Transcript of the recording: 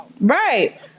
right